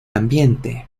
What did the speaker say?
ambiente